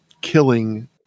killing